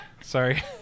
sorry